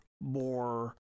more